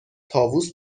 طاووس